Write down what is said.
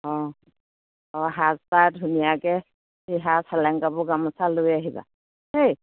অঁ অঁ সাজ পাৰ ধুনীয়াকে চেলেং কাপোৰ গামোচা লৈ আহিবা দেই